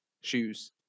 shoes